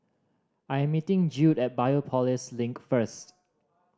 I am meeting Judd at Biopolis Link first